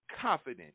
confident